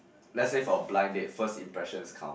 let's say for a blind date first impressions count